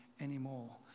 anymore